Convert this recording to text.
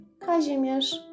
Kazimierz